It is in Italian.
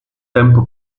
tempo